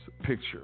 picture